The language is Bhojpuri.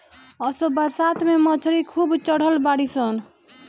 असो बरसात में मछरी खूब चढ़ल बाड़ी सन